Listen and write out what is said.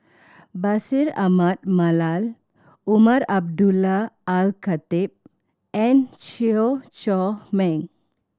Bashir Ahmad Mallal Umar Abdullah Al Khatib and Chew Chor Meng